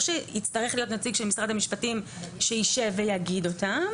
סיווג של ישוב כיישוב קהילתי המשכי,